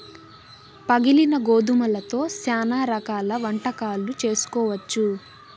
పగిలిన గోధుమలతో శ్యానా రకాల వంటకాలు చేసుకోవచ్చు